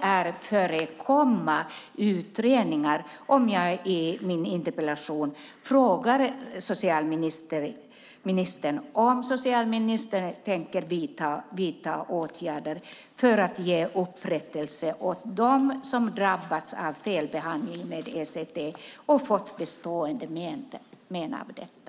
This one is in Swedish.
är att föregripa en utredning att jag i min interpellation frågar socialministern om han tänker vidta åtgärder för att ge upprättelse åt dem som har drabbats av felbehandling med ECT och fått bestående men av detta.